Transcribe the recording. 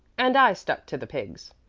and i stuck to the pigs.